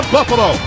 Buffalo